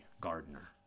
gardener